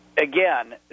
again